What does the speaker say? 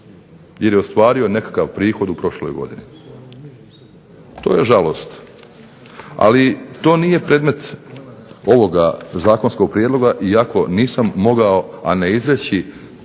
jer je ostvario nekakav prihod u prošloj godini. To je žalosno, ali to nije predmet ovoga zakonskog prijedloga, iako nisam mogao, a ne izreći